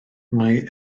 mae